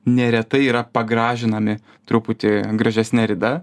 neretai yra pagražinami truputį gražesne rida